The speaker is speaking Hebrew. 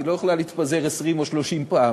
היא לא יכולה להתפזר 20 או 30 פעם.